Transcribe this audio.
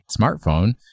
smartphone